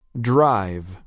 Drive